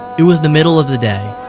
it was the middle of the day.